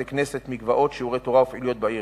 בתי-כנסת, מקוואות, שיעורי תורה ופעילויות בעיר.